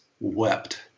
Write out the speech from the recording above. wept